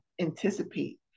anticipate